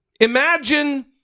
Imagine